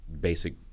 basic